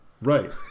Right